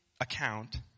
account